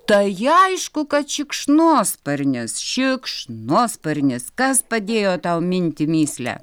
tai aišku kad šikšnosparnis šikšnosparnis kas padėjo tau minti mįslę